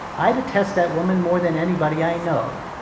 i detest that woman more than anybody i know.